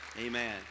Amen